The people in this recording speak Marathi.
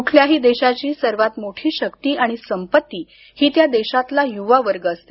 कुठल्याही देशाची सर्वात मोठी शक्ती आणि संपत्ती ही त्या देशातला युवावर्ग असते